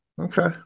Okay